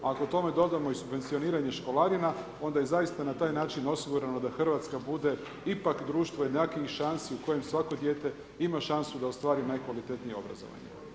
Ako tome dodamo subvencioniranje školarina onda je zaista na taj način osigurano da Hrvatska bude ipak društvo jednakijih šansi u kojem svako dijete ima šansu da ostvari najkvalitetnije obrazovanje.